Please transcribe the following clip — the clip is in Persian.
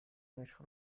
عشق